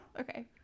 Okay